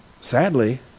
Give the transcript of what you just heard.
sadly